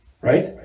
Right